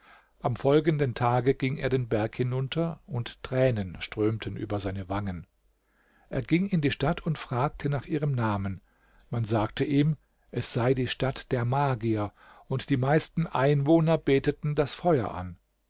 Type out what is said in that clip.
am folgenden tage ging er den berg hinunter und tränen strömten über seine wangen er ging in die stadt und fragte nach ihrem namen man sagte ihm es sei die stadt der magier und die meisten einwohner beteten das feuer an